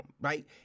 right